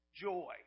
joy